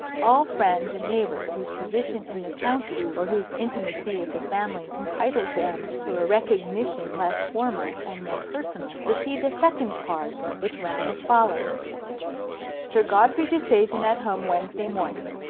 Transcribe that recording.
all friends and neighbours whose position in the county or whose intimacy with the family entitled them to a recognition less formal and more personal, received a second card which ran as follows sir godfrey disseisin at home wednesday morning,